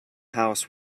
house